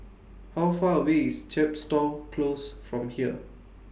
How Far away IS Chepstow Close from here